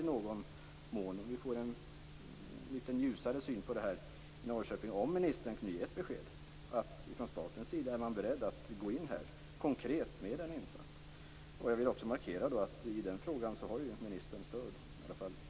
Vi skulle i Norrköping få en litet ljusare syn på det här, om ministern ger besked om att man från statens sida är beredd att göra en konkret insats. Jag vill markera att näringsministern i den frågan har stöd från i varje fall mitt parti.